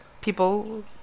people